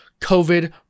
covid